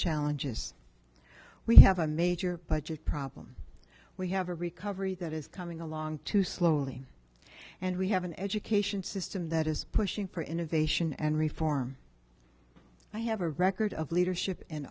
challenges we have a major budget problem we have a recovery that is coming along too slowly and we have an education system that is pushing for innovation and reform i have a record of leadership